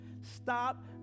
stop